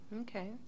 Okay